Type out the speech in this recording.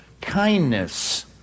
kindness